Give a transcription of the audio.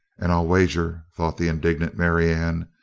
and i'll wager, thought the indignant marianne,